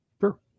Sure